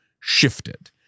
shifted